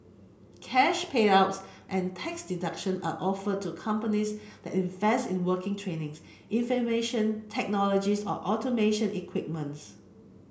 cash payouts and tax deduction are offered to companies that invest in working training's information technologies or automation equipment's